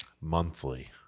Monthly